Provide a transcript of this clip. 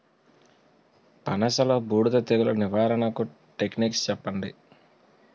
పనస లో బూడిద తెగులు నివారణకు టెక్నిక్స్ చెప్పండి?